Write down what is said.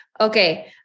Okay